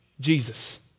Jesus